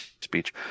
speech